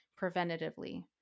preventatively